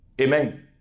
Amen